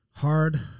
hard